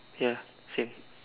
ya same